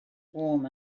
warm